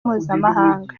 mpuzamahanga